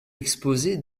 exposées